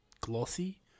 glossy